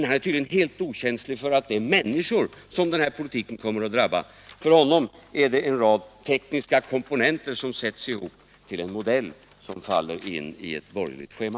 Han är tydligen helt okänslig för att det är människor som den här politiken kommer att drabba. För honom är politiken en rad tekniska komponenter som sätts ihop till en modell som passar in i ett borgerligt schema.